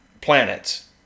planets